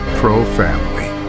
pro-family